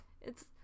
It's-